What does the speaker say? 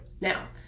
now